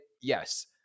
Yes